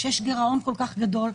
כשיש גירעון כל כך גדול,